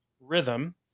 rhythm